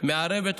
מערבת עוסק.